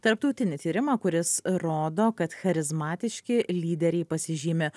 tarptautinį tyrimą kuris rodo kad charizmatiški lyderiai pasižymi